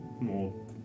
more